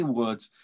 words